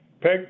peg